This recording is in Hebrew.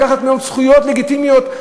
לקחת ממנו זכויות לגיטימיות,